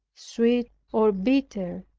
sweet or bitter,